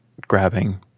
grabbing